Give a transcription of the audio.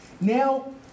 Now